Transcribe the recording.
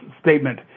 statement